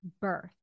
birth